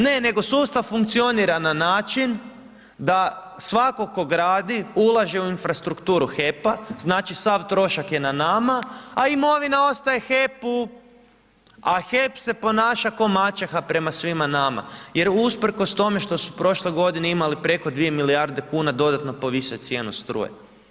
Ne, nego sustav funkcionira na način da svatko tko gradi, ulaže u infrastrukturu HEP-a znači sav trošak je na nama a imovina ostaje HEP-u a HEP se ponaša kao maćeha prema svima nama jer usprkos tome što su prošle godine imali preko 2 milijarde kuna, dodatno je povisio cijenu struje.